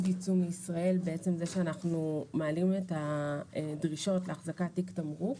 יצוא מישראל בעצם זה שאנחנו מעלים את הדרישות לאחזקת תיק תמרוק.